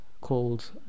Called